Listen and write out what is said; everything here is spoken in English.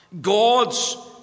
God's